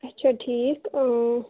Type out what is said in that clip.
اَچھا ٹھیٖک